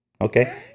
Okay